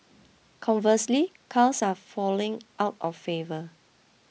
conversely cars are falling out of favour